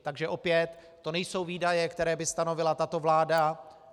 Takže opět, to nejsou výdaje, které by stanovila tato vláda.